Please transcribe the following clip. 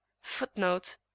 Footnote